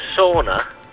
sauna